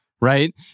right